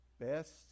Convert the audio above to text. best